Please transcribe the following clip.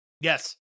Yes